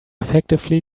effectively